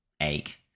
ache